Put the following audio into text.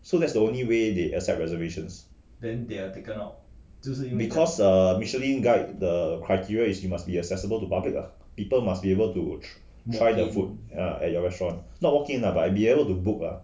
so that's the only way they accept reservations because err michelin guide the criteria is you must be accessible to public ah people must be able to try the food err at your restaurant not walk-in lah but be able to book ah